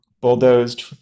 bulldozed